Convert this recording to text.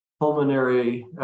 pulmonary